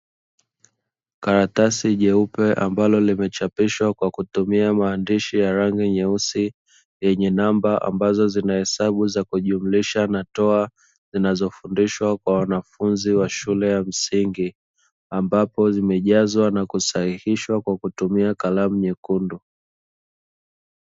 Karatasi jeupe ambalo limechapishwa kwa kutumia maandishi ya rangi nyeusi, yenye namba ambazo zinahesabu za jumlisha na toa zinazofundishwa kwa wanafunzi wa shule ya msingi ambapo zimejazwa na kusahihishwa kwa kutumia kalamu nyekundu.